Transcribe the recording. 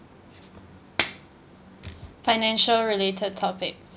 financial related topics